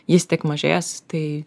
jis tik mažės tai